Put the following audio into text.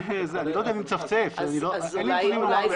אני לא יודע מי מצפצף, אין לי נתונים לומר לך.